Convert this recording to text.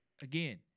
Again